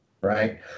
right